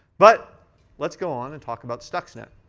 but let's go on and talk about stuxnet.